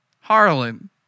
Harlan